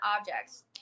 objects